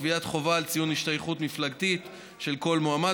קביעת חובה של ציון ההשתייכות המפלגתית של כל מועמד